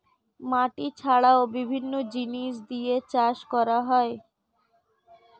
মাটি ছাড়াও বিভিন্ন জিনিস দিয়ে চাষ করা হয়